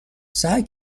سعی